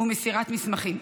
ומסירת מסמכים).